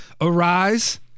arise